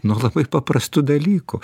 nuo labai paprastų dalykų